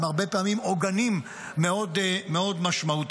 הם הרבה פעמים עוגנים מאוד משמעותיים.